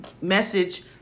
message